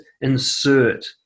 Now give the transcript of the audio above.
insert